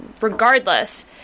regardless